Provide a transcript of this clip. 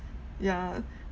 yeah